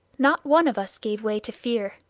not one of us gave way to fear,